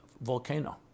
volcano